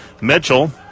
Mitchell